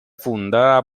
fundada